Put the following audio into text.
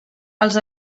els